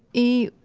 e,